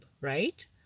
right